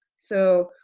so,